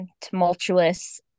tumultuous